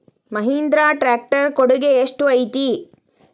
Mahindra tractor ಕೊಡುಗೆ ಎಷ್ಟು ಐತಿ?